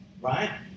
Right